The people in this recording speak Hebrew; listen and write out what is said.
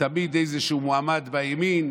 תמיד איזשהו מועמד בימין